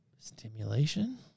Stimulation